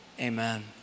amen